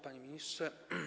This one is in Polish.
Panie Ministrze!